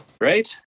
right